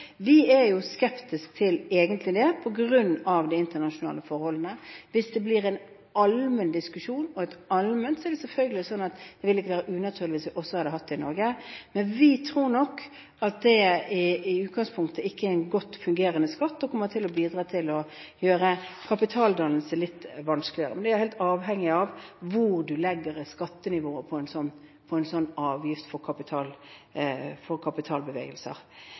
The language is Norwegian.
de internasjonale forholdene. Hvis det blir en allmenn diskusjon, er det selvfølgelig sånn at det ikke ville vært unaturlig om man også hadde hatt det i Norge. Men vi tror at det i utgangspunktet ikke er en godt fungerende skatt, og at det kommer til å bidra til å gjøre kapitaldannelse litt vanskeligere. Det er helt avhengig av hvor man legger skattenivået på en sånn avgift på kapitalbevegelser. Det jeg oppfatter som vesentlig, er at Norge ikke skal ha andre beskatningsformer enn andre land har på sin kapital.